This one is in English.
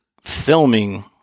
filming